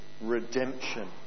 redemption